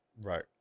Right